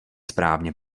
správně